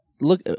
look